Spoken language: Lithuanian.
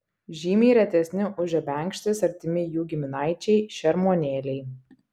žymiai retesni už žebenkštis artimi jų giminaičiai šermuonėliai